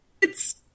It's-